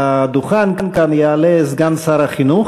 לדוכן כאן יעלה סגן שר החינוך,